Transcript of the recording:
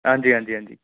हां जी हां जी हां जी